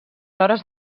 hores